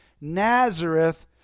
Nazareth